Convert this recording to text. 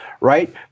right